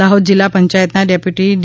દાહોદ જિલ્લા પંચાયતના deputy D